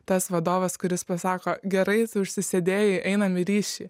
tas vadovas kuris pasako gerai užsisėdėjai einam į ryšį